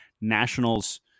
Nationals